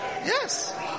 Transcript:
Yes